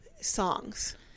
songs